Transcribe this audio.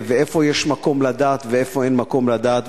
ואיפה יש מקום לדת ואיפה אין מקום לדת.